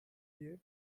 year